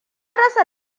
rasa